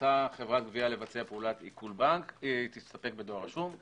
רוצה חברת גבייה לבצע עיקול בנק תסתפק בדואר רשום.